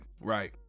Right